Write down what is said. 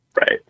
Right